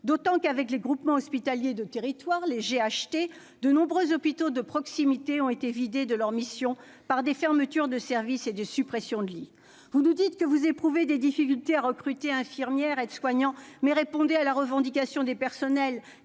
Rappelons qu'avec les groupements hospitaliers de territoire (GHT) de nombreux hôpitaux de proximité ont été vidés de leurs missions par des fermetures de services et des suppressions de lits. Vous nous dites que vous éprouvez des difficultés à recruter des infirmières et des aides-soignantes. Répondez donc à la revendication des personnels